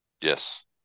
Yes